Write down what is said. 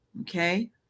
okay